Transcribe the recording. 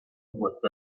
with